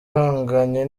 ihanganye